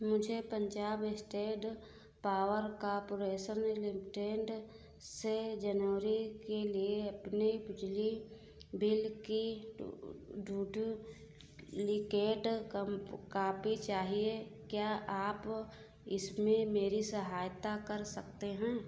मुझे Punjab state power corporation limited से जनवरी के लिए अपने बिजली बिल की डुड लिकेट कॉपी चाहिए क्या आप इसमें मेरी सहायता कर सकते हैं